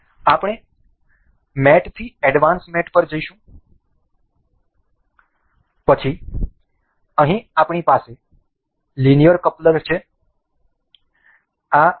આપણે મેટથી advance mat પર જઈશું પછી અહીં આપણી પાસે લિનિયર કપલર છે